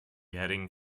heading